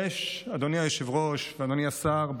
אדוני היושב-ראש ראש ואדוני השר,